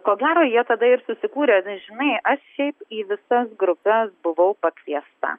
ko gero jie tada ir susikūrė na žinai aš šiaip į visas grupes buvau pakviesta